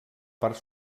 part